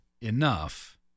enough